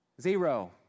Zero